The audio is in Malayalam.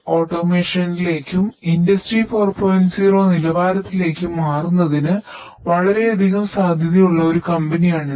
0 ഇത്